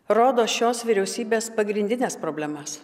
rodo šios vyriausybės pagrindines problemas